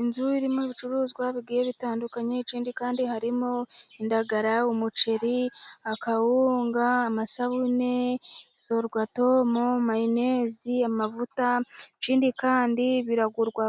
Inzu irimo ibicuruzwa bigiye bitandukanye, ikindi kandi harimo indagara, umuceri, akawunga, amasabune, sorwatomu, mayonezi, amavuta. Ikindi kandi biragurwa